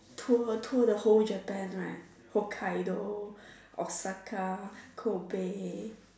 tour tour the whole Japan right Hokkaido Osaka Kobe